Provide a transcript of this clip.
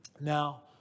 Now